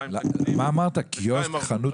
תקציב וצריך מישהו שאחראי,